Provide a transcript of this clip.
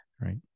right